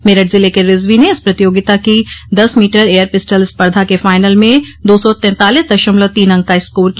मेरठ जिले के रिजवी ने इस प्रतियोगिता की दस मीटर एयर पिस्टल स्पर्धा के फाइनल में दो सौ तेतालिस दशमलव तीन अंक का स्कोर किया